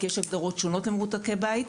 כי יש כל מיני הגדרות שונות למרותקי בית.